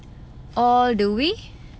all the way